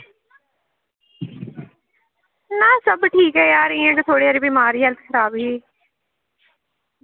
ना सब ठीक ऐ यार बस थोह्ड़ी हारी हेल्थ खराब ही